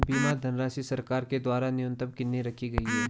बीमा धनराशि सरकार के द्वारा न्यूनतम कितनी रखी गई है?